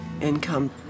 income